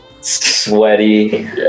sweaty